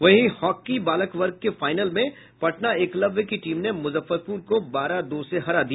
वहीं हॉकी बालक वर्ग के फाइनल में पटना एकलव्य की टीम ने मुजफ्फरपुर को बारह दो से हरा दिया